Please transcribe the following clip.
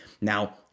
Now